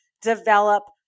develop